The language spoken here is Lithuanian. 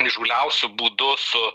įžūliausiu būdu su